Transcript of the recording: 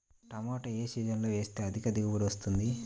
టమాటా ఏ సీజన్లో వేస్తే అధిక దిగుబడి వస్తుంది?